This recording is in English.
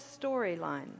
storyline